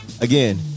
again